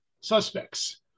suspects